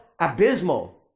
abysmal